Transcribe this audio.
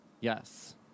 Yes